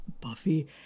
Buffy